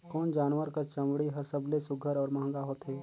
कोन जानवर कर चमड़ी हर सबले सुघ्घर और महंगा होथे?